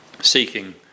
seeking